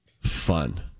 fun